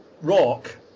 rock